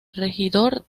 regidor